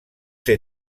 ser